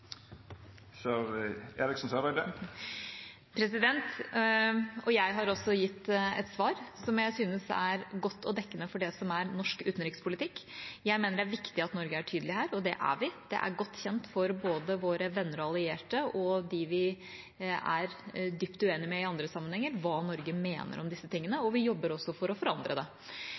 Og jeg har også gitt et svar som jeg syns er godt og dekkende for det som er norsk utenrikspolitikk. Jeg mener det er viktig at Norge er tydelig her, og det er vi. Det er godt kjent for både våre venner og allierte og dem vi er dypt uenige med i andre sammenhenger, hva Norge mener om disse tingene, og vi jobber også for å forandre det.